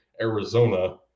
Arizona